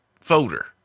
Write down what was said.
folder